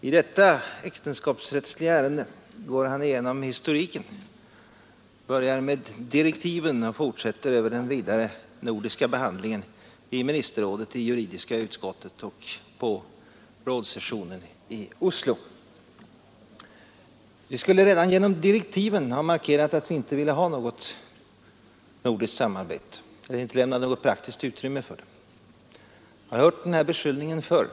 I detta äktenskapsrättsliga ärende gick herr Hernelius igenom historiken; han började med — direktiven och fortsatte över den vidare nordiska behandlingen i Nordiska — Aktenskapslagstiftrådets juridiska utskott och vid rådets session i Oslo. Vi skulle, sade herr — ”HNgen im.m. Hernelius, redan i direktiven ha markerat att vi inte ville ha något nordiskt samarbete — eller åtminstone inte lämnat något praktiskt utrymme för det. Jag har hört den beskyllningen förr.